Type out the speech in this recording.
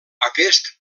aquest